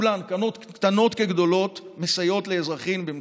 כולן, קטנות כגדולות, מסייעות לאזרחים במצוקה.